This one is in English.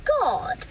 God